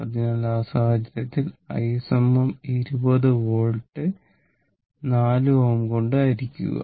അതിനാൽ ആ സാഹചര്യത്തിൽ i 20 വോൾട്ട് 4 Ω കൊണ്ട് ഹരിക്കുക